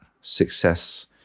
success